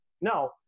No